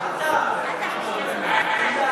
בקריאה